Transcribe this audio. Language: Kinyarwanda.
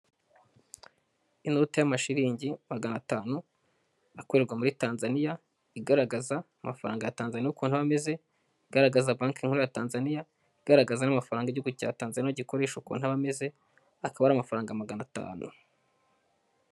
Inoti y'amashilingi magana atanu akorerwa muri Tanzania, igaragaza amafaranga ya Tanzania ukuntu aba ameze, agaragaza banki nkuru Tanzania, igaragaza amafaranga igihugu cya Tanzania gikoresha ukuntu aba ameze, akaba ari amafaranga magana atanu.